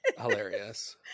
hilarious